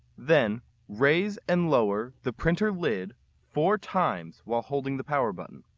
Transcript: then raise and lower the printer lid four times while holding the power button.